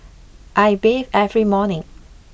I bathe every morning